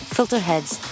Filterheads